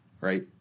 right